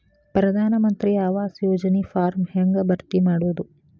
ಪ್ರಧಾನ ಮಂತ್ರಿ ಆವಾಸ್ ಯೋಜನಿ ಫಾರ್ಮ್ ಹೆಂಗ್ ಭರ್ತಿ ಮಾಡೋದು?